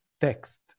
text